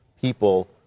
people